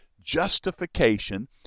justification